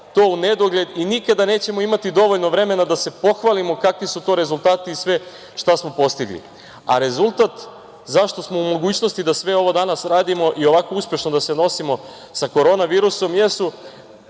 to u nedogled i nikada nećemo imati dovoljno vremena da se pohvalimo kakvi su to rezultati šta smo sve postigli, a rezultat zašto smo u mogućnosti da sve ovo danas radimo i ovako uspešno da se nosimo sa korona virusom jesu